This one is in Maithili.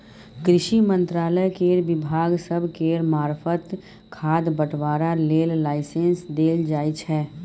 कृषि मंत्रालय केर विभाग सब केर मार्फत खाद बंटवारा लेल लाइसेंस देल जाइ छै